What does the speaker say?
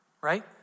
right